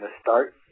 start